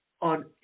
on